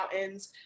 Mountains